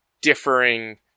differing